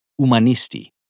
humanisti